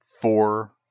four